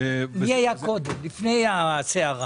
מי היה קודם לפני הסערה?